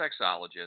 sexologist